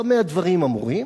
במה הדברים אמורים?